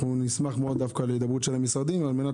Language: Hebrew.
נשמח מאוד להידברות של המשרדים על מנת